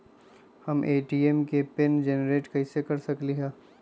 हम ए.टी.एम के PIN generate कईसे कर सकली ह?